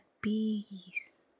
peace